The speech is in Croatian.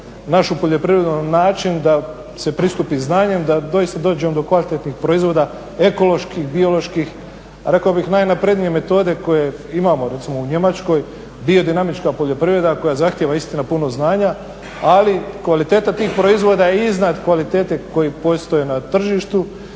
našu poljoprivredu na način da se pristupi znanju, da doista dođemo do kvalitetnih proizvoda, ekoloških, bioloških. Rekao bih najnaprednije metode koje imamo, recimo u Njemačkoj, biodinamička poljoprivreda koja zahtjeva istina puno znanja, ali kvaliteta tih proizvoda je iznad kvalitete koja postoji na tržištu